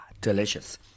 delicious